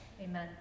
Amen